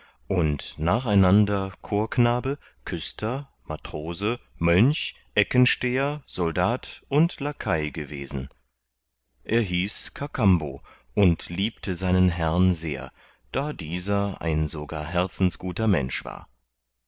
und nacheinander chorknabe küster matrose mönch eckensteher soldat und lakai gewesen er hieß kakambo und liebte seinen herrn sehr da dieser ein so gar herzensguter mensch war